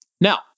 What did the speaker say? Now